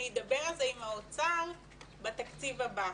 אני אדבר על זה עם האוצר בתקציב הבא,